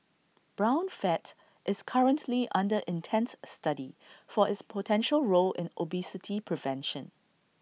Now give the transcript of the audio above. brown fat is currently under intense study for its potential role in obesity prevention